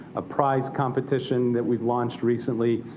a prize competition that we've launched recently.